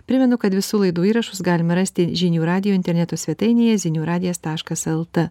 primenu kad visų laidų įrašus galima rasti žinių radijo interneto svetainėje zinių radijas taškas lt